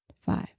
Five